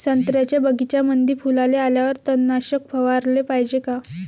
संत्र्याच्या बगीच्यामंदी फुलाले आल्यावर तननाशक फवाराले पायजे का?